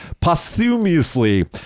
posthumously